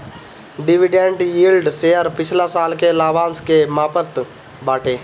dividend yield share पिछला साल के लाभांश के मापत बाटे